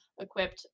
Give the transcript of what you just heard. equipped